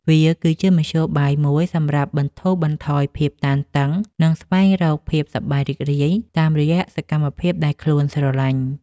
វាគឺជាមធ្យោបាយមួយសម្រាប់បន្ធូរបន្ថយភាពតានតឹង និងស្វែងរកភាពសប្បាយរីករាយតាមរយៈសកម្មភាពដែលខ្លួនស្រឡាញ់។